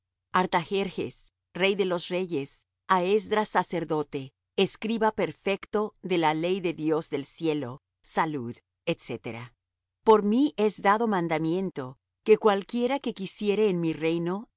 israel artajerjes rey de los reyes á esdras sacerdote escriba perfecto de la ley del dios del cielo salud etc por mí es dado mandamiento que cualquiera que quisiere en mi reino